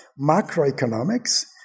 macroeconomics